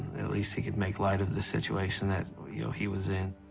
at least he could make light of the situation that you know he was in.